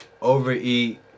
overeat